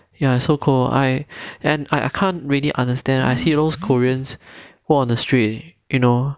ya so cold I and I I can't really understand I see those koreans walk on the streets you know